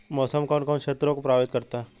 मौसम कौन कौन से क्षेत्रों को प्रभावित करता है?